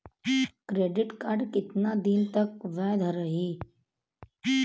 Credit card कितना दिन तक वैध रही?